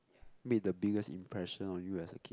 made the biggest impression on you as a kid